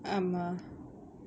ஆமா:aamaa